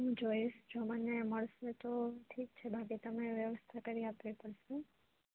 હું જોઈશ જો મને મળશે તો ઠીક છે બાકી તમે વ્યવસ્થા કરી આપવી પડશે